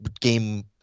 game